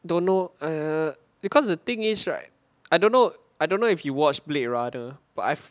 don't know !aiya! because the thing is right I don't know I don't know if you watch blade runner but I've